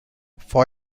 for